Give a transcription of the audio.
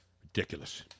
Ridiculous